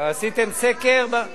עשיתם סקר, לא,